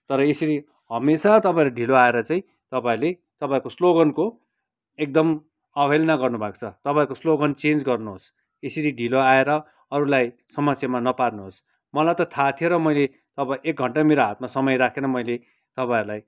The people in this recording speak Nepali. तर यसरी हमेसा तपाईँहरू ढिलो आएर चाहिँ तपाईँहरूले तपाईँहरूको स्लोगनको एकदम अवहेलना गर्नुभएको छ तपाईँहरूको स्लोगन चेन्ज गर्नुहोस् यसरी ढिलो आएर अरूलाई समस्यामा नपार्नुहोस् मलाई त थाह थियो र मैले अब एक घन्टा मेरो हातमा समय राखेर मैले तपाईँहरूलाई